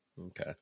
okay